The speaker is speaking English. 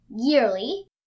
yearly